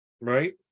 right